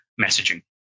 messaging